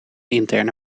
interne